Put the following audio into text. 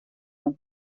von